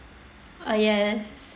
uh yes